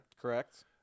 Correct